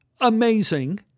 Amazing